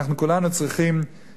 אנחנו כולנו צריכים